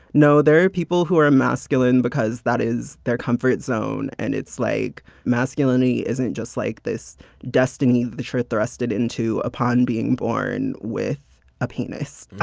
no, there are people who are masculine because that is their comfort zone. and it's like, masculinity isn't just like this destiny that you're thrusted into upon being born with a penis.